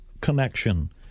connection